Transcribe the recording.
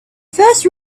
first